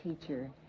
teacher